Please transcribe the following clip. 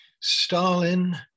Stalin